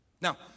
now